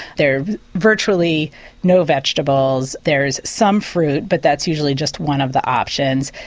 there are virtually no vegetables, there's some fruit but that's usually just one of the options,